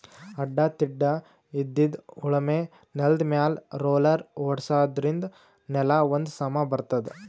ಅಡ್ಡಾ ತಿಡ್ಡಾಇದ್ದಿದ್ ಉಳಮೆ ನೆಲ್ದಮ್ಯಾಲ್ ರೊಲ್ಲರ್ ಓಡ್ಸಾದ್ರಿನ್ದ ನೆಲಾ ಒಂದ್ ಸಮಾ ಬರ್ತದ್